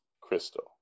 Crystal